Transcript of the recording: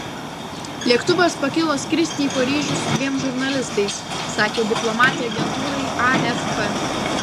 lėktuvas pakilo skristi į paryžių su dviem žurnalistais sakė diplomatė agentūrai afp